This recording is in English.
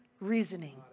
reasoning